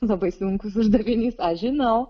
labai sunkus uždavinys aš žinau